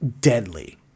deadly